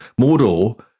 Mordor